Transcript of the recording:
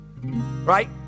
right